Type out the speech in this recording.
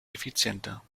effizienter